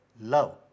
love